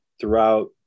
throughout